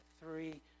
three